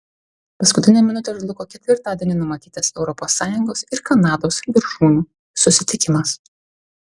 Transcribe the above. paskutinę minutę žlugo ketvirtadienį numatytas europos sąjungos ir kanados viršūnių susitikimas